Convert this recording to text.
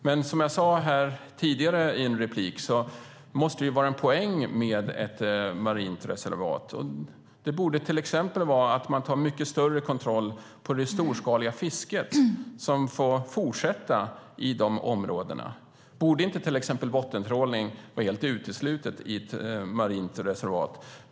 Men som jag sagt i en tidigare replik här måste det vara en poäng med ett marint reservat. Till exempel borde man ta mycket större kontroll avseende det storskaliga fisket som får fortsätta i områdena. Borde inte till exempel bottentrålning vara någonting helt uteslutet i ett marint reservat?